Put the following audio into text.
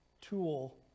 tool